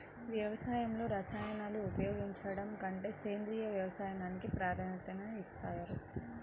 వ్యవసాయంలో రసాయనాలను ఉపయోగించడం కంటే సేంద్రియ వ్యవసాయానికి ప్రాధాన్యత ఇస్తారు